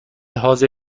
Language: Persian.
حاضر